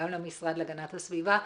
גם למשרד להגנת הסביבה,